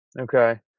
Okay